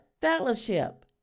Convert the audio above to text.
fellowship